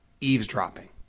Eavesdropping